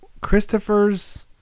Christopher's